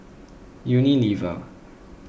Unilever